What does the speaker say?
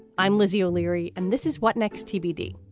i'm lizzie o'leary and this is what next tbd,